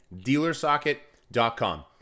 dealersocket.com